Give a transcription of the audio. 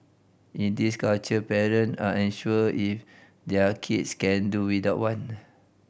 in this culture parent are unsure if their kids can do without one